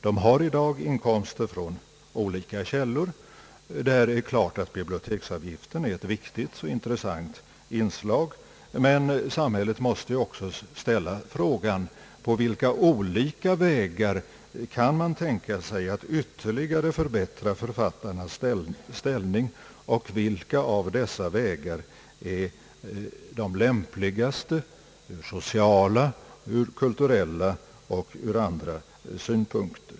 De har i dag inkomster från olika källor och biblioteksavgiften är där ett viktigt och intressant inslag. Men samhället måste också ställa frågan: På vilka olika vägar kan författarnas ställning ytterligare förbättras och vilka av dessa vägar är de lämpligaste ur sociala, kulturella och andra synpunkter?